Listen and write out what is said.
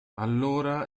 allora